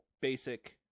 basic –